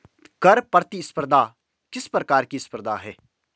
कर प्रतिस्पर्धा किस प्रकार की स्पर्धा है?